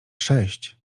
sześć